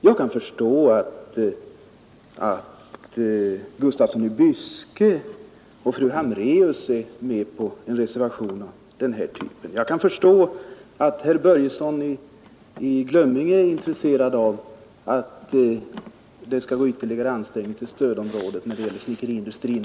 Jag kan förstå att herr Gustafsson i Byske och fru Hambraeus är med på en reservation av den här typen. Jag kan förstå att herr Börjesson i Glömminge är intresserad av att det skall gå ytterligare anslag till stödområdet när det gäller snickeriindustrin.